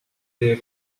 their